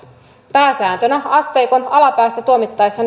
pääsääntönä asteikon alapäästä tuomittaessa